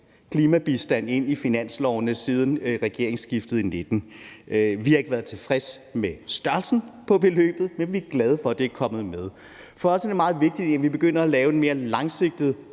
klimabistand ind i finanslovene siden regeringsskiftet i 2019. Vi har ikke været tilfredse med størrelsen på beløbet, men vi er glade for, at det er kommet med. For os er det meget vigtigt at sørge for det, inden vi begynder at lave den mere langsigtede